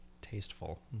Tasteful